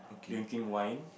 drinking wine